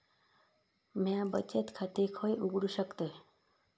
म्या बचत खाते खय उघडू शकतय?